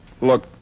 Look